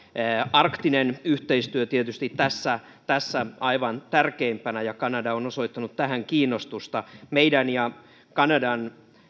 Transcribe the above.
arktinen yhteistyö tietysti tässä tässä on aivan tärkeimpänä ja kanada on osoittanut tähän kiinnostusta meidän ja kanadan